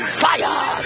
fire